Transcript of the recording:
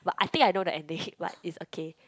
but I think I know the ending but it's okay